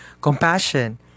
compassion